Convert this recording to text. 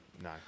no